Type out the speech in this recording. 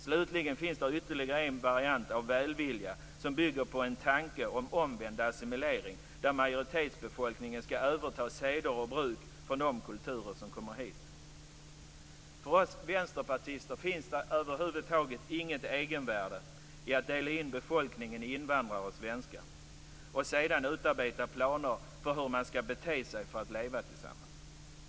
Slutligen finns det ytterligare en variant av välvilja som bygger på en tanke om omvänd assimilering där majoritetsbefolkningen skall överta seder och bruk från de kulturer som kommer hit. För oss vänsterpartister finns det över huvud taget inte något egenvärde i att dela in befolkningen i invandrare och svenskar och sedan utarbeta planer för hur man skall bete sig för att leva tillsammans.